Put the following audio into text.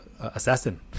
assassin